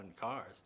cars